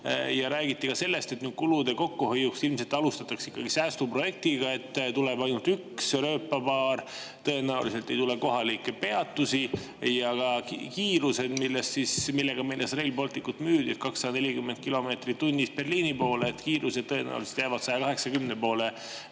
ja räägiti ka sellest, et kulude kokkuhoiuks ilmselt alustatakse ikkagi säästuprojektiga, et tuleb ainult üks rööpapaar. Tõenäoliselt ei tule kohalikke peatusi ega kiirust, millega Rail Balticut müüdi: 240 kilomeetrit tunnis Berliini poole. Kiirus tõenäoliselt jääb 180 kanti,